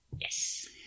Yes